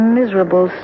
miserable